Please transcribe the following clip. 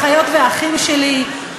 אחיות ואחים שלי,